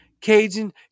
Cajun